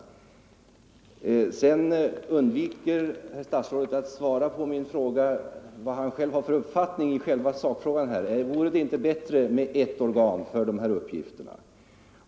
Herr statsrådet undviker att tala om vilken uppfattning han har i sakfrågan: Vore det inte bättre med ert organ för de här uppgifterna?